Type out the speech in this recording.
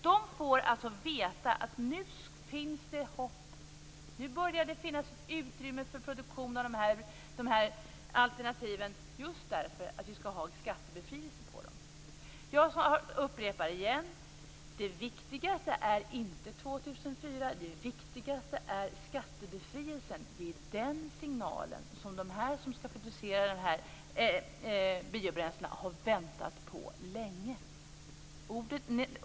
De får veta att det nu finns hopp, nu börjar det finnas utrymme för produktion av alternativen - just för att det skall bli skattebefrielse för dem. Jag upprepar igen: Det viktigaste är inte år 2004, det viktigaste är skattebefrielsen. Det är den signalen som de som skall producera biobränslena har väntat på länge.